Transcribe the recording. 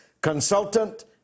consultant